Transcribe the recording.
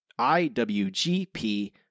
IWGP